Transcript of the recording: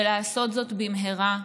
ולעשות זאת במהרה,